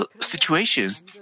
situations